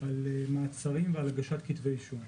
על מעצרים ועל הגשת כתבי אישום.